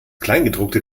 kleingedruckte